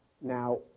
Now